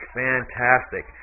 fantastic